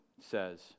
says